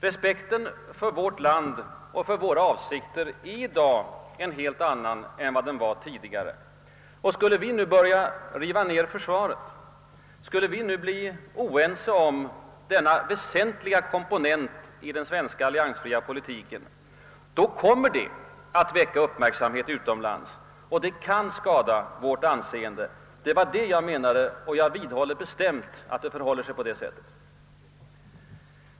Respekten för vårt land och för våra avsikter är i dag en helt annan än tidigare. Skulle vi nu börja riva ned försvaret och bli oense om denna väsentliga komponent i den svenska alliansfria politiken, kommer detta att väcka uppmärksamhet utomlands och det kan skada vårt anseende. Det var det jag menade och jag vidhåller bestämt att det förhåller sig på det sättet.